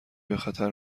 بخطر